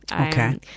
Okay